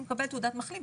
הוא מקבל תעודת מחלים,